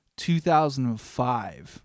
2005